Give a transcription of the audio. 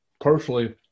personally